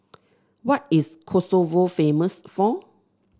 what is Kosovo famous for